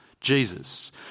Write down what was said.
Jesus